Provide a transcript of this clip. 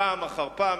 פעם אחר פעם,